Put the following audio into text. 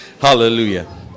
hallelujah